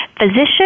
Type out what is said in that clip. physician